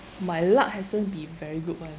my luck hasn't been very good [one]